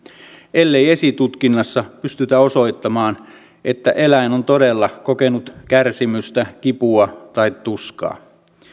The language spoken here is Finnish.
ellei esitutkinnassa pystytä osoittamaan että eläin on todella kokenut kärsimystä kipua tai tuskaa